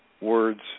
words